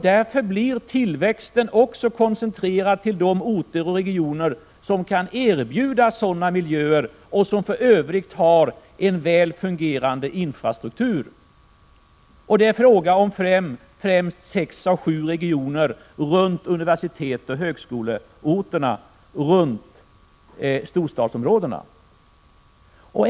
Därför blir tillväxten koncentrerad till de orter och regioner som kan erbjuda sådana miljöer och som för övrigt har en väl fungerande infrastruktur. Det är fråga om främst sex å sju regioner runt universitetsoch högskoleorterna, runt storstadsområdena.